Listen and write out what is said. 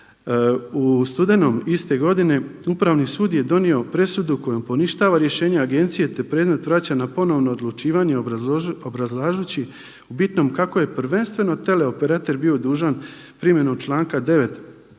U studenom iste godine Upravni sud je donio presudu kojom poništava rješenje agencije, te predmet vraća na ponovno odlučivanje obrazlažući u bitnom kako je prvenstveno teleoperater bio dužan primjenom članka 9.